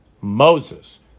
Moses